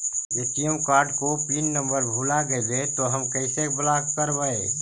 ATM card को pin number भुला गैले तौ हम कैसे ब्लॉक करवै?